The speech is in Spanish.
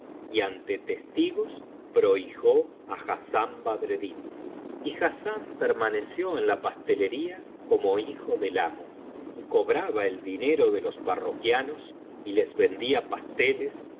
y ante testigos prohijó á hassán badreddin y hassán permaneció en la pastelería como hijb del amo y cobraba el dinero de los parroquianos y les vendía pasteles